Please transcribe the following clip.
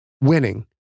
Winning